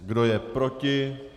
Kdo je proti?